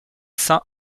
saints